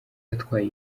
atwaye